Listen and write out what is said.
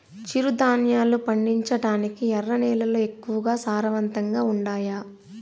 చిరుధాన్యాలు పండించటానికి ఎర్ర నేలలు ఎక్కువగా సారవంతంగా ఉండాయా